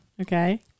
Okay